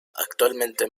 actualmente